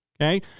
Okay